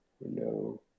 No